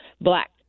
Black